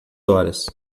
horas